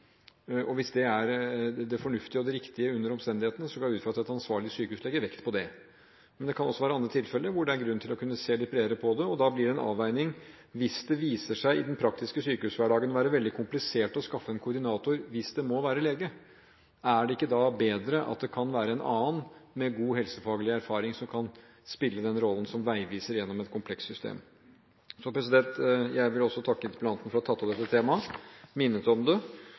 Hvis det er det fornuftige og det riktige under omstendighetene, går jeg ut fra at ansvarlig sykehus legger vekt på det. Men det kan også være tilfeller hvor det er grunn til å kunne se litt bredere på det, og da blir det en avveining. Hvis det i den praktiske sykehushverdagen viser seg å være veldig komplisert å skaffe en koordinator hvis det må være en lege, er det ikke da bedre at det kan være en annen med god helsefaglig erfaring som kan spille rollen som veiviser gjennom et komplekst system? Jeg vil også takke interpellanten for å ha tatt opp dette temaet, for å ha minnet om det. Det